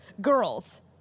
girls